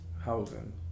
housing